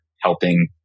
helping